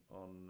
on